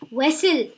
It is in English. vessel